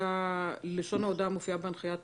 לשון ההודעה מופיעה בהנחיית